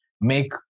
make